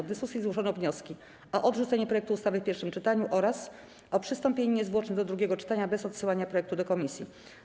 W dyskusji złożono wnioski: - o odrzucenie projektu ustawy w pierwszym czytaniu, - o przystąpienie niezwłocznie do drugiego czytania, bez odsyłania projektu do komisji.